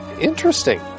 interesting